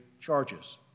charges